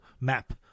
map